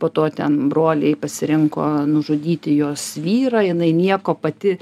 po to ten broliai pasirinko nužudyti jos vyrą jinai nieko pati